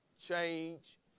Change